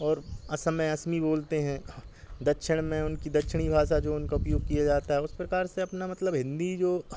और असम में असमी बोलते हैं दक्षिण में उनकी दक्षिणी भाषा जो उनका उपयोग किया जाता है उस प्रकार से अपनी मतलब हिन्दी जो